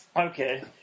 Okay